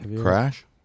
Crash